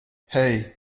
hey